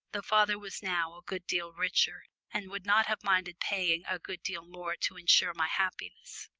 though father was now a good deal richer, and would not have minded paying a good deal more to ensure my happiness.